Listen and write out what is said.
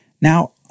Now